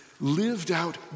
lived-out